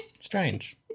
Strange